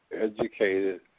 educated